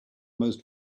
most